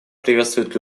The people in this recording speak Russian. приветствует